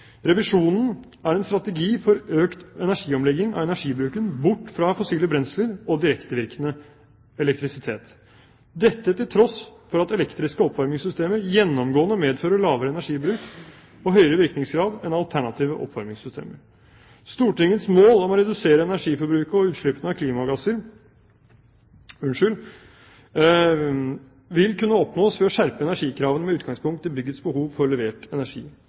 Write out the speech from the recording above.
Revisjonen er en strategi for økt energiomlegging av energibruken, bort fra fossile brensler og direktevirkende elektrisitet – dette til tross for at elektriske oppvarmingssystemer gjennomgående medfører lavere energiforbruk og høyere virkningsgrad enn alternative oppvarmingssystemer. Stortingets mål om å redusere energiforbruket og utslippene av klimagasser vil kunne oppnås ved å skjerpe energikravene med utgangspunkt i byggets behov for levert energi.